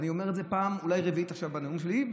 ואני אולי אומר את זה פעם רביעית בנאום שלי,